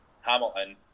Hamilton